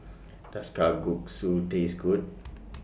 Does Kalguksu Taste Good